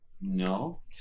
No